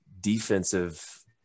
defensive